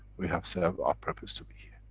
we have served our purpose to be here.